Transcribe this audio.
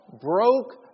broke